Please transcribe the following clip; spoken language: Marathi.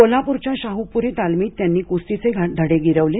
कोल्हापूरच्या शाहूपूरी तालमीत त्यांनी कुस्तीचे धडे गिरवले